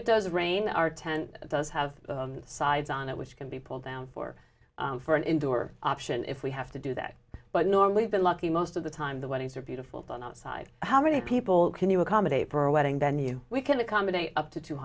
it does rain our tent does have sides on it which can be pulled down for for an indoor option if we have to do that but normally been lucky most of the time that things are beautiful done outside how many people can you accommodate for a wedding venue we can accommodate up to two